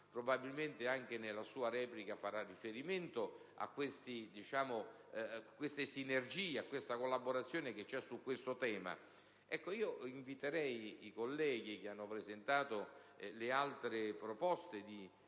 Probabilmente, anche nella sua replica, il Ministro farà riferimento a queste sinergie e a questa collaborazione su questo tema. Ecco, io inviterei i colleghi che hanno presentato le altre proposte di